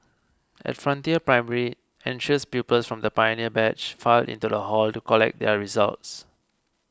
at Frontier Primary anxious pupils from the pioneer batch filed into the hall to collect their results